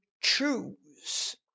choose